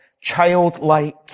childlike